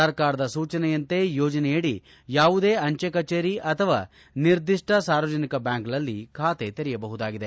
ಸರ್ಕಾರದ ಸೂಚನೆಯಂತೆ ಯೋಜನೆಯಡಿ ಯಾವುದೇ ಅಂಚೆ ಕಚೇರಿ ಹಾಗೂ ನಿರ್ದಿಷ್ಟ ಸಾರ್ವಜನಿಕ ಬ್ಯಾಂಕ್ಗಳಲ್ಲಿ ಬಾತೆ ತೆರೆಯಬಹುದಾಗಿದೆ